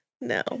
No